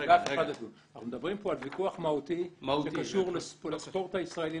אנחנו מדברים פה על ויכוח מהותי שקשור לספורט הישראלי,